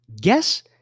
Guess